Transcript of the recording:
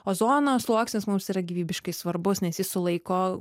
ozono sluoksnis mums yra gyvybiškai svarbus nes jis sulaiko